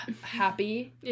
happy